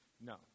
No